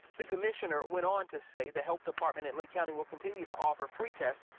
the commissioner went on to say the health department and lee county will continue to offer free test.